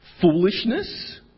Foolishness